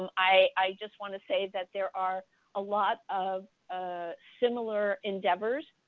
um i just want to say that there are a lot of ah similar endeavors.